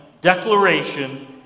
declaration